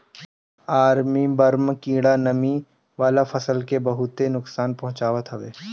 army worm कीड़ा नमी वाला फसल के बहुते नुकसान पहुंचावत हवे